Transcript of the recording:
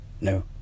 No